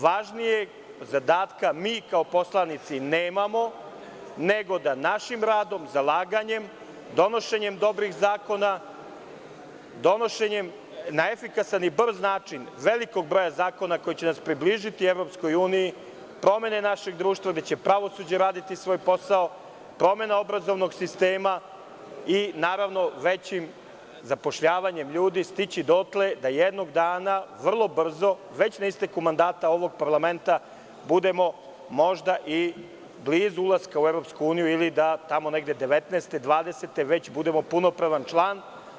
Važnijeg zadatka mi kao poslanici nemamo, nego da našim radom i zalaganjem, donošenjem dobrih zakona, donošenjem na efikasan i brz način velikog broja zakona koji nas približiti EU, promenom našeg društva, gde će pravosuđe raditi svoj posao, promenom obrazovnog sistema i, naravno, većim zapošljavanjem ljudi stići dotle da jednog dana, vrlo brzo, već na isteku mandata ovog parlamenta, budemo možda i blizu ulaska u EU, ili da tamo negde 2019. ili 2020. godine već budemo punopravan član.